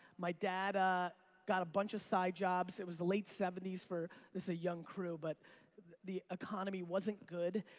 my dad ah got a bunch of side jobs. it was the late seventy s for, this is a young crew, but the economy wasn't good.